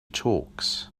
talks